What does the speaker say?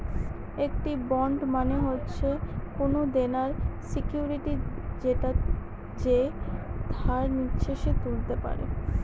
একটি বন্ড মানে হচ্ছে কোনো দেনার সিকুইরিটি যেটা যে ধার নিচ্ছে সে তুলতে পারে